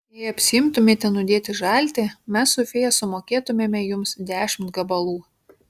jei apsiimtumėte nudėti žaltį mes su fėja sumokėtumėme jums dešimt gabalų